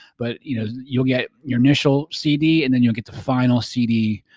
but you know, you'll get your initial cd, and then you'll get the final cd.